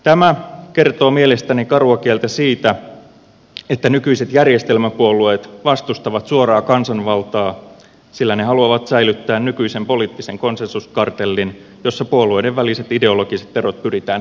tämä kertoo mielestäni karua kieltä siitä että nykyiset järjestelmäpuolueet vastustavat suoraa kansanvaltaa sillä ne haluavat säilyttää nykyisen poliittisen konsensuskartellin jossa puolueiden väliset ideologiset erot pyritään hävittämään